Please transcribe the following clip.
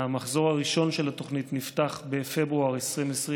המחזור הראשון של התוכנית נפתח בפברואר 2020,